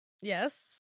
Yes